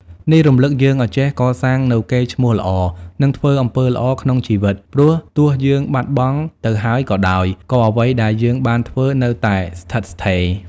នេះរំលឹកយើងឲ្យចេះកសាងនូវកេរ្តិ៍ឈ្មោះល្អ និងធ្វើអំពើល្អក្នុងជីវិត ព្រោះទោះយើងបាត់បង់ទៅហើយក៏ដោយ ក៏អ្វីដែលយើងបានធ្វើនៅតែស្ថិតស្ថេរ។